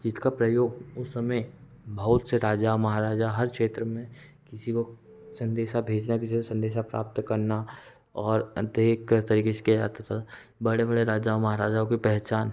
जिसका प्रयोग उस समय बहुत से राजा महाराजा हर क्षेत्र में किसी को संदेश भेजना किसी से संदेश प्राप्त करना और अनेक तरीक़े से किया जाता था बड़े बड़े राजाओं महाराजाओं की पहचान